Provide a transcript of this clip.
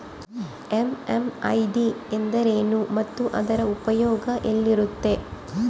MMID ಎಂದರೇನು ಮತ್ತು ಅದರ ಉಪಯೋಗ ಎಲ್ಲಿರುತ್ತೆ?